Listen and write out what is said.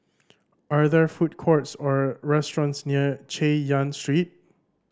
are there food courts or restaurants near Chay Yan Street